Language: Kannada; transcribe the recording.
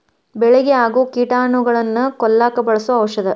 ಬೆಳಿಗೆ ಆಗು ಕೇಟಾನುಗಳನ್ನ ಕೊಲ್ಲಾಕ ಬಳಸು ಔಷದ